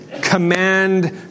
command